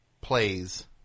plays